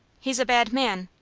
he's a bad man.